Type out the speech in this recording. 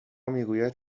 میگوید